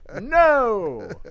no